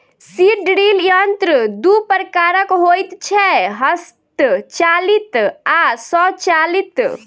seed drill यंत्र दू प्रकारक होइत छै, हस्तचालित आ स्वचालित